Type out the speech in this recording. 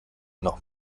noch